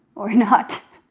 or not.